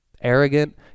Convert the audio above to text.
Arrogant